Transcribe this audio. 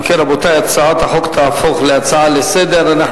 אם כן, רבותי, הצעת החוק תהפוך להצעה לסדר-היום.